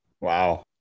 Wow